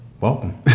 welcome